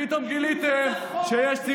פתאום גיליתם שיש ערים מעורבות.